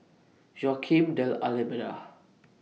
Joaquim D'almeida